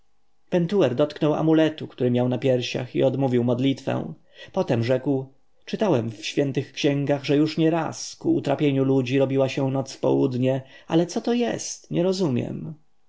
pentuer dotknął amuletu który miał na piersiach i odmówił modlitwę potem rzekł czytałem w świętych księgach że już nieraz ku strapieniu ludzi robiła się noc w południe ale co to jest nie rozumiem